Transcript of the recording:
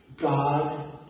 God